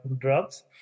drugs